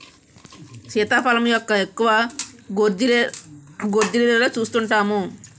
సీతాఫలం మొక్క ఎక్కువగా గోర్జీలలో సూస్తుంటాము